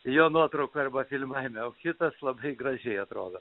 jo nuotraukoj arba filmavime o kitas labai gražiai atrodo